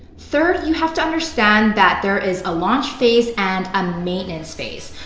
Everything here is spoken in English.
third, you have to understand that there is a launch phase and a maintenance phase.